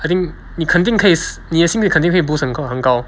I think 你肯定可以你的薪水肯定可以 boost 很很高